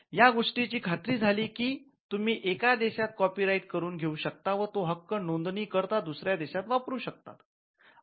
या गोष्टी ची खात्री झाली कि तुम्ही एका देशात कॉपी राईट करून घेऊ शकतात व तो हक्क नोंदणी न करता दुसऱ्या देशात वापरू शकतात